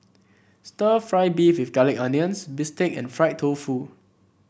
stir fry beef with curry onions bistake and Fried Tofu